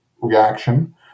reaction